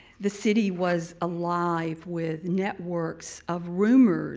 the city was alive with networks of rumors